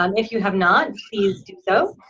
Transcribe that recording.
um if you have not, please do so.